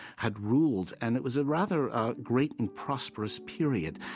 had ruled. and it was a rather great and prosperous period.